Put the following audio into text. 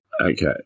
Okay